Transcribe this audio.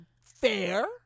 fair